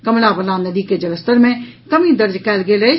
कमला बलान नदी के जलस्तर मे कमी दर्ज कयल गेल अछि